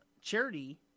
charity